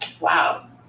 Wow